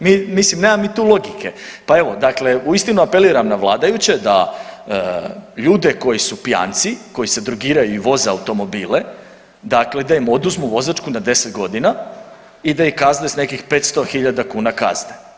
Mislim nema mi tu logike, pa evo dakle uistinu apeliram na vladajuće da ljude koji su pijanci, koji se drogiraju i voze automobile, dakle da im oduzmu vozačku na 10 godina i da ih kazne sa nekih 500 hiljada kuna kazne.